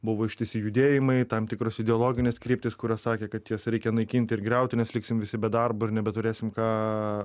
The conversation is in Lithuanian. buvo ištisi judėjimai tam tikros ideologinės kryptys kurios sakė kad jas reikia naikinti ir griauti nes liksim visi be darbo ir nebeturėsim ką